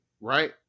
Right